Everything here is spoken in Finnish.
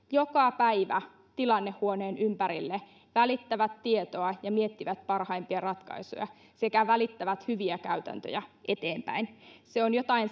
joka päivä tilannehuoneen ympärille välittävät tietoa ja miettivät parhaimpia ratkaisuja sekä välittävät hyviä käytäntöjä eteenpäin se on jotain